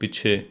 ਪਿੱਛੇ